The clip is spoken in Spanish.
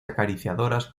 acariciadoras